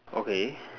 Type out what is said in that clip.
okay